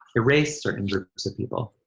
erase certain groups of people,